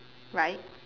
right